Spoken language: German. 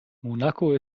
monaco